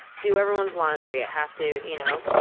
do everyone's laundry. i have to you know.